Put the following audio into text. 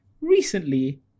Recently